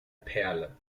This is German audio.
perle